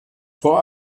vor